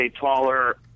taller